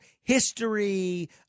history